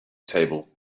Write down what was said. table